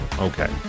okay